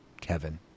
Kevin